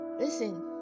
Listen